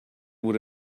would